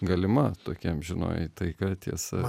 galima tokia amžinoji taika tiesa